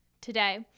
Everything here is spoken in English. today